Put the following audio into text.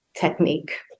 technique